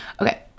okay